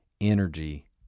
energy